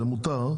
זה מותר.